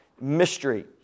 mystery